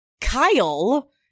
Kyle